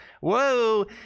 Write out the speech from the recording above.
whoa